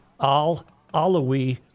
Al-Alawi